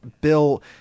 Bill